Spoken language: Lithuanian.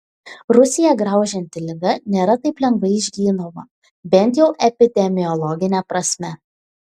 rusiją graužianti liga nėra taip lengvai išgydoma bent jau epidemiologine prasme